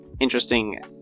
interesting